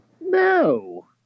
No